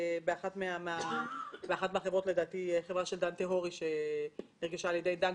כמו החברה של דן טהורי שנרכשה על ידי דנקנר.